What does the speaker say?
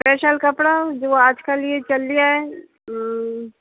فپریشل کپڑا جو آج کل یہ چلیا ہے